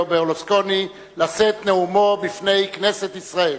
ברלוסקוני לשאת נאומו בפני כנסת ישראל.